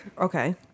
Okay